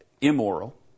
immoral